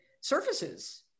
surfaces